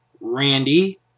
Randy